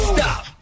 Stop